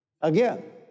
Again